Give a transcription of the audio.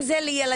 אם זה לילדים,